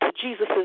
Jesus